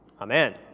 Amen